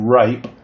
rape